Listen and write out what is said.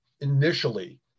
initially